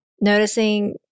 noticing